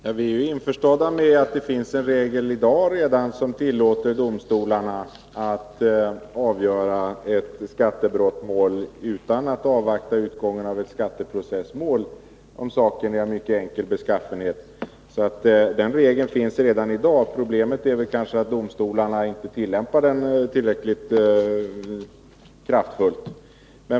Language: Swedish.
Herr talman! Vi är införstådda med att det redan i dag finns en regel, som tillåter domstolarna att avgöra ett skattebrottmål utan att avvakta utgången av en skatteprocess, om saken är av mycket enkel beskaffenhet. Problemet är kanske att domstolarna inte tillämpar den regeln tillräckligt kraftfullt.